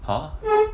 !huh!